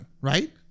right